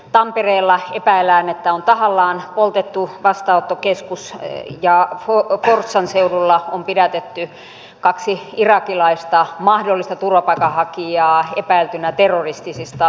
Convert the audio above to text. tampereella epäillään että on tahallaan poltettu vastaanottokeskus ja forssan seudulla on pidätetty kaksi irakilaista mahdollista turvapaikanhakijaa epäiltyinä terroristisista murhista